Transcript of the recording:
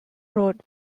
wrote